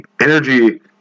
energy